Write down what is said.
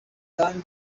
kandi